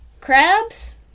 Crabs